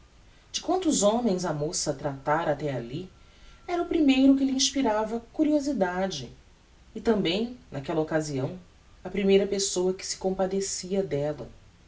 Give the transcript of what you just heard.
de quantos homens a moça tratára até alli era o primeiro que lhe inspirava curiosidade e tambem naquella occasião a primeira pessoa que só compadecia della